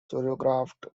choreographed